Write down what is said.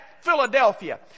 Philadelphia